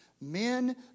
men